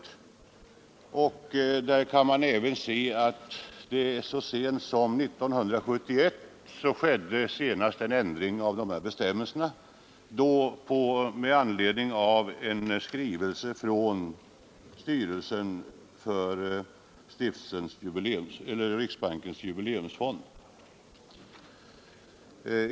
Där kan man även se att det så sent som 1971 skedde en ändring av bestämmelserna med anledning av en skrivelse från stiftelsens styrelse.